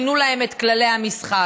שינו להם את כללי המשחק,